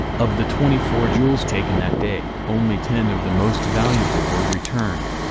of the twenty four jewels taken that day, only ten of the most valuable were returned.